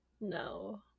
no